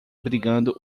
brigando